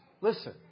listen